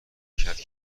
کرده